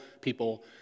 people